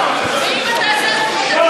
שם רע לפוליטיקה.